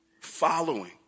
following